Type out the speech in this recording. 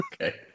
Okay